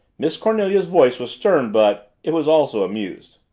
miss cornelia's voice was stern but it was also amused.